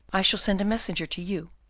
i shall send a messenger to you,